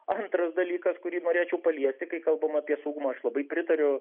antras dalykas kurį norėčiau paliesti kai kalbam apie saugumą aš labai pritariu